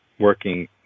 Working